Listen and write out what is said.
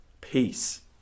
Peace